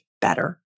better